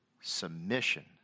Submission